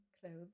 clothes